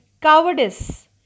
cowardice